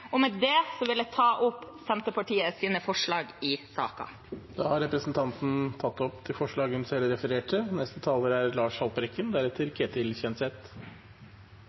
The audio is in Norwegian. Med det vil jeg ta opp Senterpartiets forslag i saken. Representanten Sandra Borch har tatt opp de forslagene hun refererte